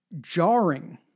jarring